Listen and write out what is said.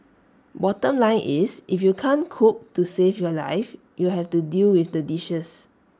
bottom line is if you can't cook to save your life you'll have to deal with the dishes